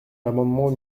l’amendement